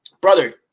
brother